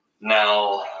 now